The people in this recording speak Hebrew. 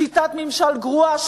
שיטת ממשל גרועה,